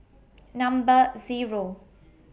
Number Zero